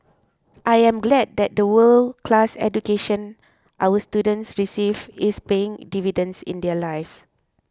I am glad that the world class education our students receive is paying dividends in their lives